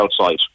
outside